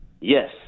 Yes